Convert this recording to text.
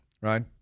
right